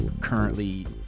currently